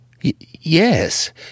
Yes